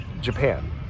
Japan